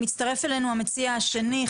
מצטרף אלינו המציע השני,